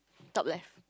top left